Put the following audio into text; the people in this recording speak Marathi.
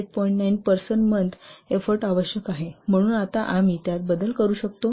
9 पर्सन मंथ एफोर्ट आवश्यक आहेत म्हणून आता आम्ही त्यात बदल करू शकतो